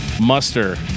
muster